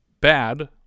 bad